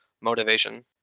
motivation